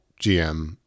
GM